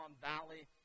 Valley